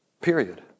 Period